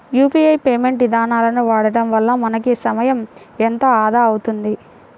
UPI payment ఇదానాలను వాడడం వల్ల మనకి సమయం ఎంతో ఆదా అవుతుంది